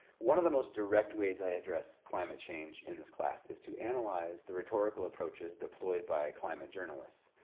one of the most direct ways i address climate change in this class is to analyze the rhetorical approaches deployed by climate journalists.